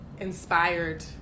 inspired